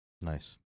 Nice